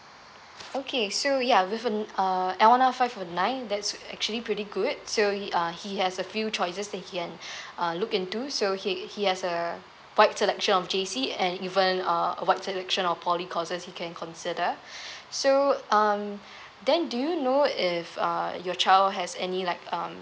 okay so ya with um uh L one R five of nine that's actually pretty good so he uh he has a few choices that he can uh look into so he he has a wide selection of J_C and even uh wide selection of poly courses he can consider so um then do you know if uh your child has any like um